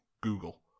Google